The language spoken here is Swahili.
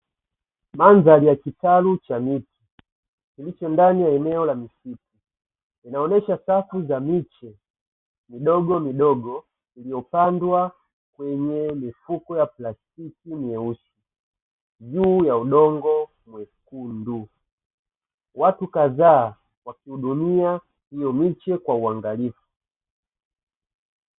Mandhari ya kitalu cha miti, kilicho ndani ya eneo la misitu. Inaonyesha safu za miche midogo midogo iliyopandwa kwenye mifuko ya plastiki myeusi, juu ya udongo mwekundu. Watu kadhaa wakihudumia hiyo miche kwa uangalifu.